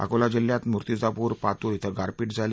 अकोला जिल्ह्यात मुर्तिजापूर पातूर क्रें गारपीट झाली